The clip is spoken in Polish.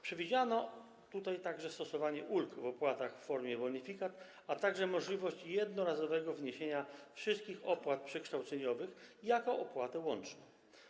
Przewidziano tutaj także stosowanie ulg w opłatach w formie bonifikat, a także możliwość jednorazowego wniesienia wszystkich opłat przekształceniowych jako opłaty łącznej.